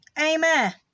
Amen